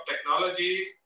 technologies